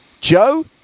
Joe